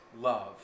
love